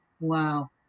Wow